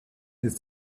ist